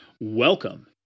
Welcome